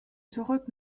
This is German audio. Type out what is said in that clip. zurück